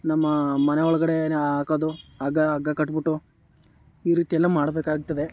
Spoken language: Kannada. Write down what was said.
ನಮ್ಮ ಮನೆ ಒಳಗಡೆನೇ ಹಾಕೋದು ಹಗ್ಗ ಹಗ್ಗ ಕಟ್ಟಿಬಿಟ್ಟು ಈ ರೀತಿಯೆಲ್ಲ ಮಾಡಬೇಕಾಗ್ತದೆ